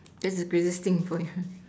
that's the previous thing for you